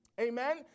Amen